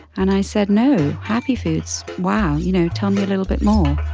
and i said, no. happy foods? wow, you know tell me a little bit more.